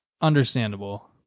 Understandable